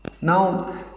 now